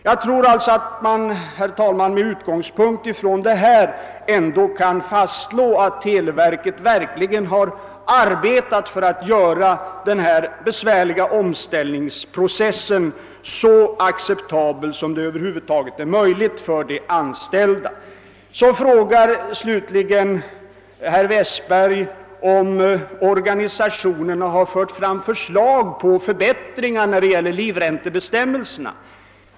Jag tror alltså att man, herr talman, med utgångspunkt i vad sålunda förekommit ändå kan fastslå, att televerket verkligen har strävat efter att göra denna besvärliga omställningsprocess så acceptabel för de anställda som över huvud taget har varit möjligt. Slutligen frågar herr Westberg, om organisationerna har fört fram förslag till förbättringar i fråga om livräntebestämmelserna.